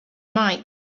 mike